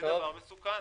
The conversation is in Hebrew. זה דבר מסוכן